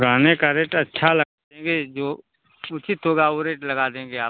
गहने का रेट अच्छा लगा देंगे जो उचित होगा वो रेट लगा देंगे आप